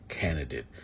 candidate